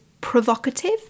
provocative